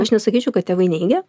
aš nesakyčiau kad tėvai neigia